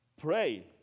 Pray